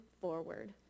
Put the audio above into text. forward